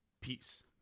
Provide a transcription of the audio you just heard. Peace